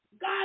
God